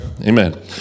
Amen